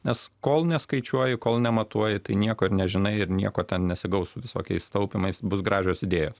nes kol neskaičiuoji kol nematuoji tai nieko ir nežinai ir nieko ten nesigaus su visokiais taupymais bus gražios idėjos